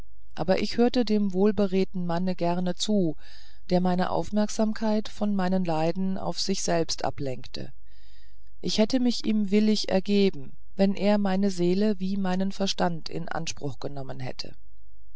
aber ich hörte dem wohlberedten manne gerne zu der meine aufmerksamkeit von meinen leiden auf sich selbst abgelenkt und ich hätte mich ihm willig ergeben wenn er meine seele wie meinen verstand in anspruch genommen hätte